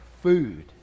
food